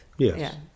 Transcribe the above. Yes